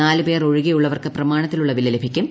നാലു പേർ ഒഴികെയുള്ളവർക്ക് പ്രമാണ്ടുത്തിലുള്ള വില ലഭിക്കും